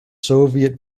soviet